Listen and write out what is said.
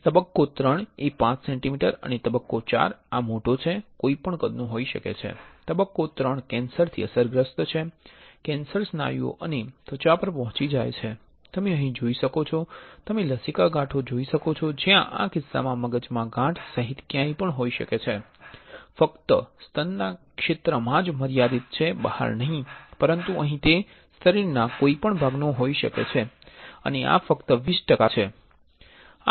તબક્કો III એ 5 centimetre અને તબક્કો IV મા મોટો કોઈપણ કદનો છે તબક્કો III કેન્સરથી અસરગ્રસ્ત છે કેન્સર સ્નાયુઓ અને ત્વચા પર પહોંચી જાય છે તમે અહીં જોઈ શકો છો તમે લસિકા ગાંઠો જોઈ શકો છો જ્યાં આ કિસ્સામાં મગજમાં ગાંઠ સહિત ક્યાંય પણ હોઈ શકે છે ફક્ત સ્તનના ક્ષેત્રમાં જ મર્યાદિત છે બહાર નહી પરંતુ અહીં તે શરીરના કોઈપણ ભાગનો હોઈ શકે છે અને આ ફક્ત 20 ટકા છે આ ફક્ત 61 ટકા છે